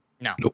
No